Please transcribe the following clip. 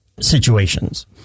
situations